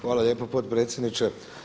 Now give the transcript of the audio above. Hvala lijepo potpredsjedniče.